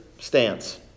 stance